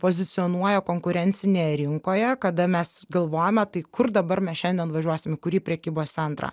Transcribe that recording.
pozicionuoja konkurencinėje rinkoje kada mes galvojame tai kur dabar mes šiandien važiuosim į kurį prekybos centrą